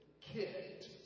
kicked